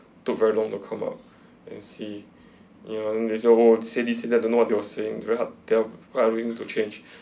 took very long to come up and see ya and they want to say this that I don't know what they was saying very hard that I what I'm going to change